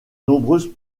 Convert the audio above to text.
nombreuses